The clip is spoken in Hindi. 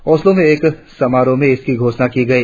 ओस्लो में एक समारोह में इसकी घोषणा की गई